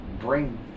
bring